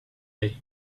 day